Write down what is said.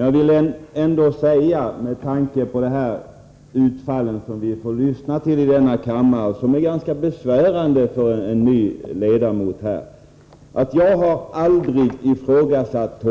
Jag vill ändå säga — med tanke på de utfall vi får lyssna till i denna kammare och som är ganska besvärande för en ny ledamot — att jag aldrig har ifrågasatt